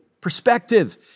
perspective